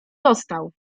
dostał